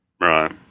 Right